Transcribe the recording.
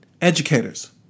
Educators